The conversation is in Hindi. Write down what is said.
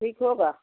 ठीक होगा